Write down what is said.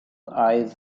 eyes